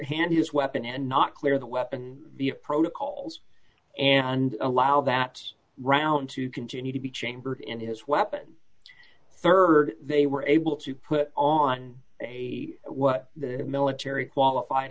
hand his weapon and not clear the weapon the protocols and allow that round to continue to be chambered in his weapon rd they were able to put on a what the military qualified